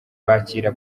bakira